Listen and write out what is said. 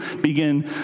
begin